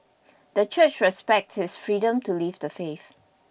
the Church respects his freedom to leave the faith